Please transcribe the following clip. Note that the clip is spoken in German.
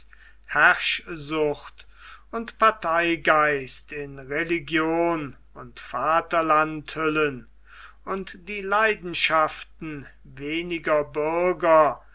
herrschsucht und parteigeist in religion und vaterland hüllen und die leidenschaften weniger bürger